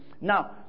now